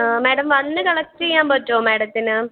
madam വന്ന് collect ചെയ്യാൻ പറ്റുമോ മേഡത്തിന്